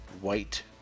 white